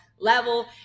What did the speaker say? level